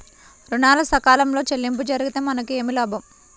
ఋణాలు సకాలంలో చెల్లింపు జరిగితే మనకు ఏమి లాభం?